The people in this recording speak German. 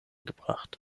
gebracht